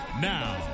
Now